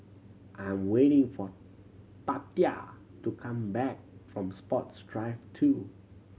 I'm waiting for Tatia to come back from Sports Drive Two